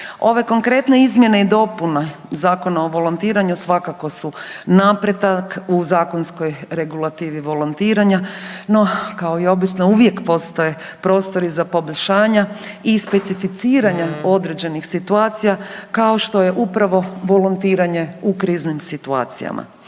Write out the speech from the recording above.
Ove konkretne izmjene i dopune Zakona o volontiranju svakako su napredak u zakonskoj regulativi volontiranja, no kao i obično uvijek postoje prostori za poboljšanja i specificiranja određenih situacija kao što je upravo volontiranje u kriznim situacijama.